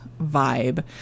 vibe